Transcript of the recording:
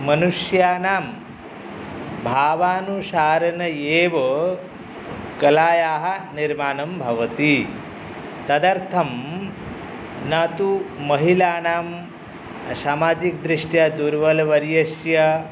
मनुष्यानां भावानुसारेण एव कलायाः निर्माणं भवति तदर्थं न तु महिलानां सामाजिकदृष्ट्या दुर्बलवर्यस्य